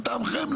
לטעמכם,